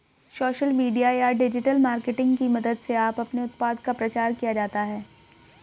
social media या digital marketing की मदद से अपने उत्पाद का प्रचार किया जाता है